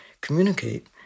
communicate